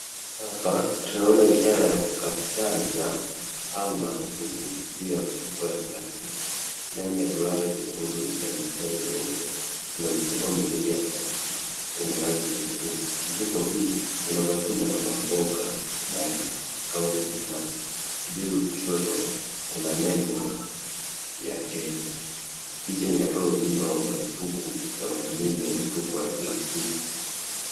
Hapa tunaona ishara ya kukataza au marufuku juu ya mfuko ya plastiki, ndani ya duara jekundu na mistari mweupe. Kuna mifuko miwili ya plastiki yenye rangi ya buluu. Mifuko hii ina matunda na mamboga ndani kama mananasi. Juu kushoto kuna nembo ya Kenya. Picha inatoa ujumbe wa marufuku ya matumizi ya mifuko ya plastiki.